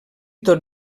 tot